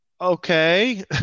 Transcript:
okay